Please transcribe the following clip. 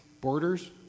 borders